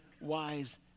wise